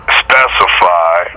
specify